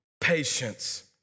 patience